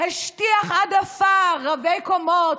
השטיח עד עפר רבי-קומות,